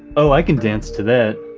oh, i can dance to that,